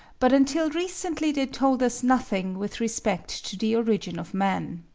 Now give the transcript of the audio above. but until recently they told us nothing with respect to the origin of man.